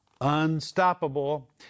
unstoppable